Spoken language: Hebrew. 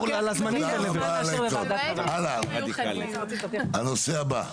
הלאה, הנושא הבא.